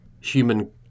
human